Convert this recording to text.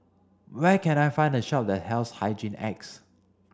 where can I find a shop that sells Hygin X